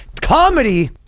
comedy